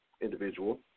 individual